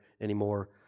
anymore